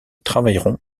travailleront